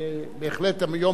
ובהחלט היום,